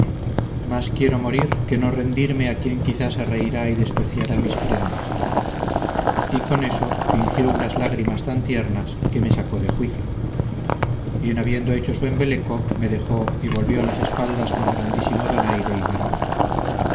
más quiero morir que no rendirme a quien quizá se reirá y despreciará mis prendas y con eso fingió unas lágrimas tan tiernas que me sacó de juicio y en habiendo hecho su embeleco me dejó y volvió las espaldas con grandísimo donaire y garbo